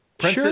Sure